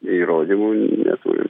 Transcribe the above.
įrodymų neturim